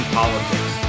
politics